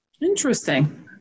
Interesting